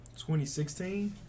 2016